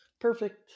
Perfect